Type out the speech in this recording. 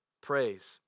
praise